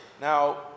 Now